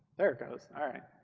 there it goes. ah